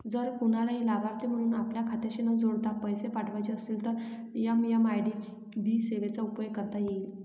जर कुणालाही लाभार्थी म्हणून आपल्या खात्याशी न जोडता पैसे पाठवायचे असतील तर एम.एम.आय.डी सेवेचा उपयोग करता येईल